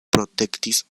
protektis